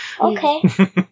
okay